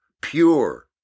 pure